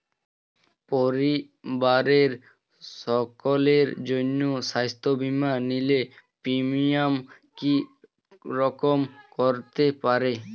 পরিবারের সকলের জন্য স্বাস্থ্য বীমা নিলে প্রিমিয়াম কি রকম করতে পারে?